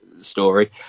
story